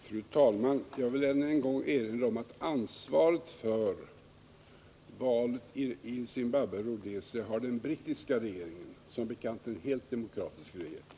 Fru talman! Jag vill än en gång erinra om att ansvaret för valet i Zimbabwe-Rhodesia ligger hos den brittiska regeringen, som bekant en helt demokratisk regering.